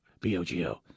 B-O-G-O